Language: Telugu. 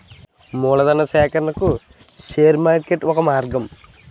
మూలధనా సేకరణకు షేర్ మార్కెటింగ్ ఒక మార్గం